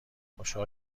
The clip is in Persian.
خوشحال